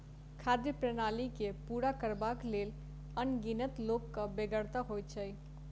खाद्य प्रणाली के पूरा करबाक लेल अनगिनत लोकक बेगरता होइत छै